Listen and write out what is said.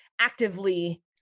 actively